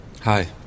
Hi